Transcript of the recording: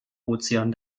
ozean